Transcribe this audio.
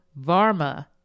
Varma